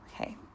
okay